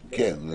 נכון.